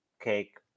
cake